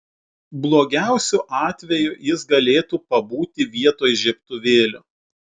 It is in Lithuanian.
blogiausiu atveju jis galėtų pabūti vietoj žiebtuvėlio